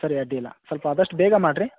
ಸರಿ ಅಡ್ಡಿಯಿಲ್ಲ ಸ್ವಲ್ಪ ಆದಷ್ಟು ಬೇಗ ಮಾಡಿರಿ